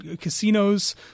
Casinos